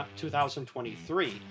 2023